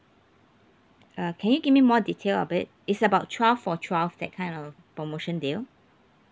uh can you give me more detail of it it's about twelve for twelve that kind of promotion deal